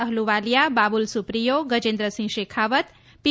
Ahluwalia Babul Supriyo Gajendra Singh Shekhawat પી